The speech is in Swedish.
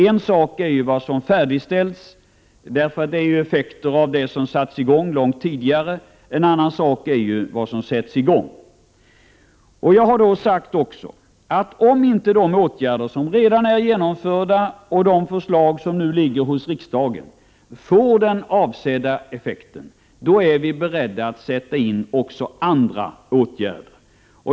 En sak är vad som färdigställts — det är effekter av vad som satts i gång långt tidigare — och en annan sak är vilka arbeten som nu sätts i gång. Jag har också sagt att om inte de åtgärder som redan genomförts och de förslag som nu lagts fram i riksdagen får den avsedda effekten, då är vi beredda att sätta in också andra åtgärder.